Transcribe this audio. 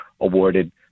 awarded